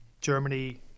Germany